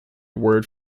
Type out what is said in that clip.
word